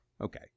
Okay